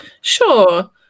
Sure